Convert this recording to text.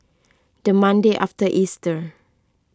the Monday after Easter